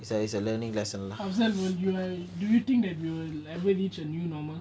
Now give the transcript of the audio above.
do you think that we will like ever reach a new normal